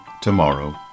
tomorrow